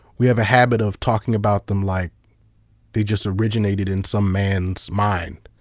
we have a habit of talking about them like they just originated in some man's mind,